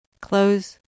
Close